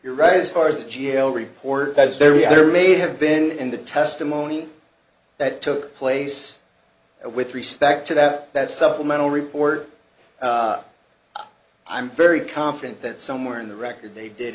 you're right as far as the g a o report is very other may have been in the testimony that took place with respect to that that supplemental report i'm very confident that somewhere in the record they did